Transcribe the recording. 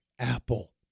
Apple